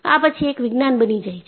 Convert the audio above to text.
આ પછી એક વિજ્ઞાન બની જાય છે